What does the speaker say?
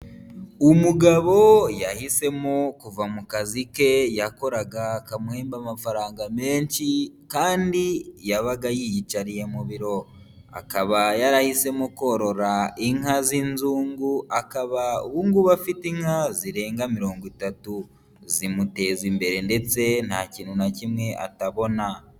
Umugabo yahisemo kuva mu kazi ke yakoraga kamuhemba amafaranga menshi kandi yabaga yiyicariye mu biro, akaba yarahisemo korora inka z'inzungu, akaba ubu ngubu afite inka zirenga mirongo itatu. Zimuteza imbere ndetse nta kintu na kimwe atabona.